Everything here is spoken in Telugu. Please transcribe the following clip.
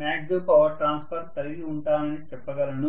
మ్యాగ్జిమం పవర్ ట్రాన్స్ఫర్ కలిగి ఉంటానని చెప్పగలను